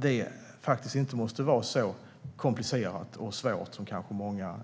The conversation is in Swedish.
Det behöver inte vara så komplicerat och svårt som kanske många